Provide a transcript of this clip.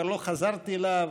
כבר לא חזרתי אליו,